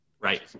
Right